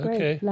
Okay